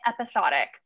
episodic